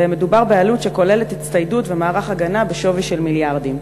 ומדובר בעלות שכוללת הצטיידות ומערך הגנה בשווי של מיליארדים.